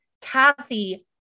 Kathy